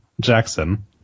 Jackson